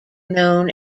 known